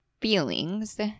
feelings